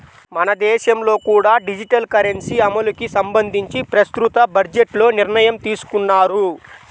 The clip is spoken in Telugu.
మన దేశంలో కూడా డిజిటల్ కరెన్సీ అమలుకి సంబంధించి ప్రస్తుత బడ్జెట్లో నిర్ణయం తీసుకున్నారు